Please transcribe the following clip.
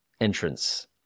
entrance